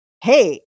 hey